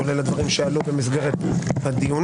כולל הדברים שעלו במסגרת הדיונים,